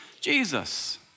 Jesus